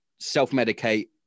self-medicate